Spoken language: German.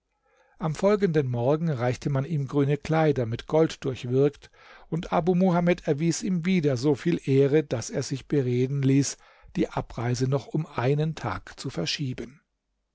am folgenden morgen reichte man ihm grüne kleider mit gold durchwirkt und abu muhamed erwies ihm wieder so viel ehre daß er sich bereden ließ die abreise noch um einen tag zu verschieben